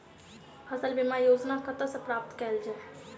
फसल बीमा योजना कतह सऽ प्राप्त कैल जाए?